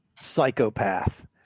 psychopath